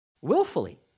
Willfully